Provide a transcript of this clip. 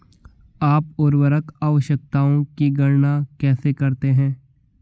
आप उर्वरक आवश्यकताओं की गणना कैसे करते हैं?